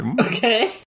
Okay